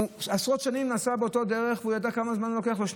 עשרות שנים נסע באותה דרך והוא יודע כמה זמן לוקח לו.